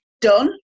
done